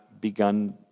begun